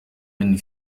hun